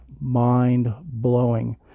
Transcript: mind-blowing